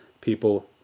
people